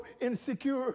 insecure